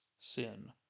sin